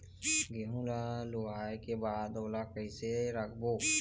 गेहूं ला लुवाऐ के बाद ओला कइसे राखबो?